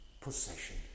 possession